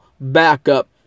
backup